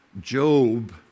Job